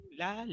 la